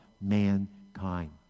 mankind